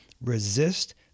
Resist